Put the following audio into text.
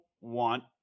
want